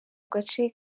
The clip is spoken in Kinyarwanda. gace